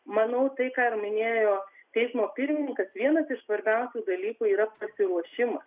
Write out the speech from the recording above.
manau tai ką ir minėjo teismo pirmininkas vienas iš svarbiausių dalykų yra pasiruošimas